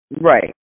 Right